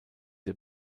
der